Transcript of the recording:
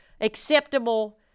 acceptable